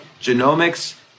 genomics